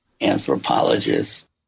anthropologists